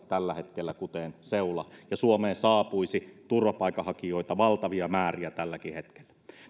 tällä hetkellä kuten seula ja suomeen saapuisi turvapaikanhakijoita valtavia määriä tälläkin hetkellä